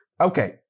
Okay